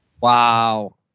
Wow